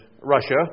Russia